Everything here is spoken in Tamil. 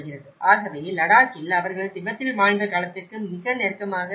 ஆகவே லடாக்கில் அவர்கள் திபெத்தில் வாழ்ந்த காலத்திற்கு மிக நெருக்கமாக இருக்கிறார்கள்